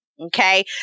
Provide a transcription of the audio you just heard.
Okay